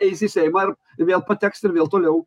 eis į seimą ir vėl pateks ir vėl toliau